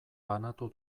banatu